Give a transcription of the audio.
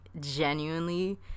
genuinely